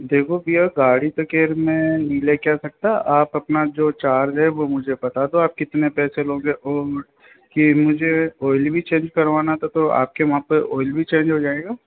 देखो भैया गाड़ी तो खैर मैं नहीं लेके आ सकता आप अपना जो चार्ज है वो मुझे बता दो आप कितने पैसे लोगे और की मुझे ऑइल भी चेंज करवाना था तो आपके वहाँ पर ऑइल भी चेंज हो जायेगा